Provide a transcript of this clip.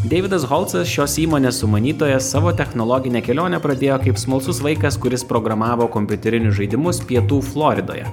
deividas holtsas šios įmonės sumanytojas savo technologinę kelionę pradėjo kaip smalsus vaikas kuris programavo kompiuterinius žaidimus pietų floridoje